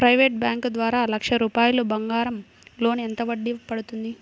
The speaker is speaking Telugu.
ప్రైవేట్ బ్యాంకు ద్వారా లక్ష రూపాయలు బంగారం లోన్ ఎంత వడ్డీ పడుతుంది?